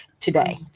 today